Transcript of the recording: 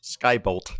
Skybolt